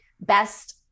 best